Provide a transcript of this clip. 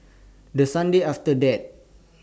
The Sunday after that